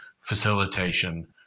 facilitation